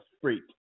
freak